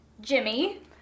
Jimmy